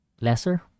lesser